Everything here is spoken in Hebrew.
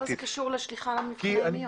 למה זה קשור לשליחה למבחן?